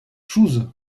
chooz